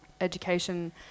education